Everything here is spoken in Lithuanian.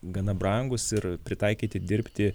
gana brangūs ir pritaikyti dirbti